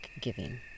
giving